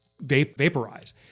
vaporize